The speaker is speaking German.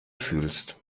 fühlst